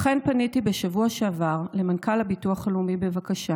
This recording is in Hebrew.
לכן פניתי בשבוע שעבר למנכ"ל הביטוח הלאומי בבקשה